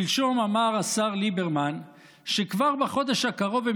שלשום אמר השר ליברמן שכבר בחודש הקרוב הם